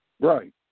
Right